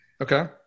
Okay